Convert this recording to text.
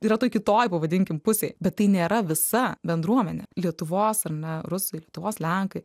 yra toj kitoj pavadinkim pusėj bet tai nėra visa bendruomenė lietuvos ar ne rusai lietuvos lenkai